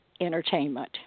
entertainment